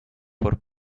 por